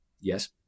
Yes